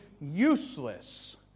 useless